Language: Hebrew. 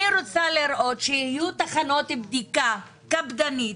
אני רוצה לראות שיהיו תחנות בדיקה קפדניות,